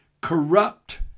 corrupt